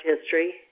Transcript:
history